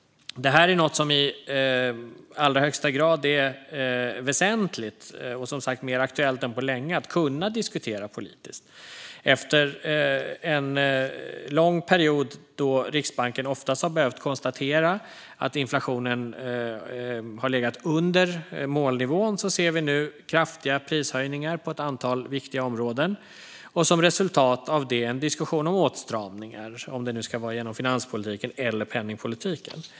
Det här är något som i allra högsta grad är väsentligt - det är som sagt mer aktuellt än på länge - att kunna diskutera politiskt. Efter en lång period då Riksbanken oftast har behövt konstatera att inflationen har legat under målnivån ser vi nu kraftiga prishöjningar på ett antal viktiga områden och som resultat av detta en diskussion om åtstramningar - om det nu ska vara genom finanspolitiken eller penningpolitiken.